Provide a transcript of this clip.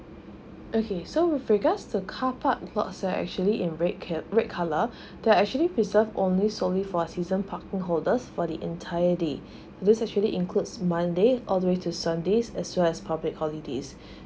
okay so with regards the car parks lot reserved uh actually in red cap red colour there actually preserve only solely for season parking holders for the entire day this actually includes monday all the way to sunday as well as public holidays